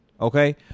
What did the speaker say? Okay